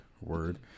word